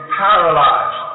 paralyzed